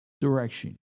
direction